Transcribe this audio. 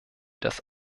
das